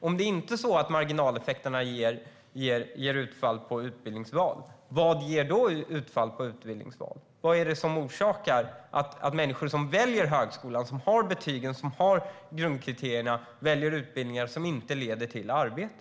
Om marginaleffekterna inte ger utfall på utbildningsval, vad ger i så fall utfall på utbildningsval? Vad är det som gör att människor som har tillräckliga betyg och grundkriterier väljer utbildningar som inte leder till arbete?